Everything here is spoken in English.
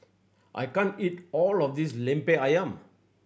I can't eat all of this Lemper Ayam